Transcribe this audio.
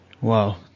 Wow